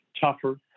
tougher